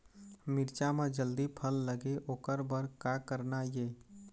मिरचा म जल्दी फल लगे ओकर बर का करना ये?